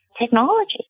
technology